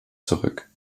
zurück